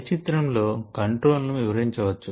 పై చిత్రం తో కంట్రోల్ ను వివరించవచ్చు